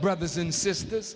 brothers and sisters